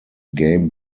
game